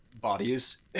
bodies